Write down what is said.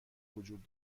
وجود